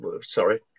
sorry